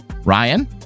Ryan